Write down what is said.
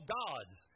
gods